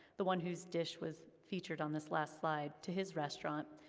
the one whose dish was featured on this last slide, to his restaurant,